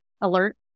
alert